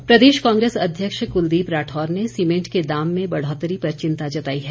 राठौर प्रदेश कांग्रेस अध्यक्ष क्लदीप राठौर ने सीमेंट के दाम में बढौतरी पर चिंता जताई है